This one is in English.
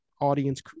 audience